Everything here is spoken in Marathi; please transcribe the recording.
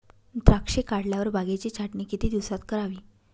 द्राक्षे काढल्यावर बागेची छाटणी किती दिवसात करावी?